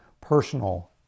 personal